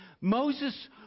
Moses